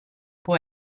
può